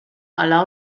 ala